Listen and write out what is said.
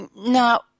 Now